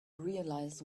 realize